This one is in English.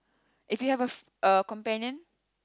if you have a f~ a companion